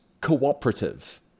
cooperative